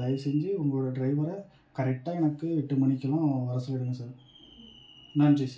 தயவு செஞ்சு உங்களோடய ட்ரைவரை கரெக்ட்டா எனக்கு எட்டு மணிக்கெலான் வர சொல்லிவிடுங்க சார் நன்றி சார்